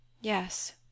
Yes